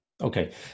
Okay